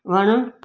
वणु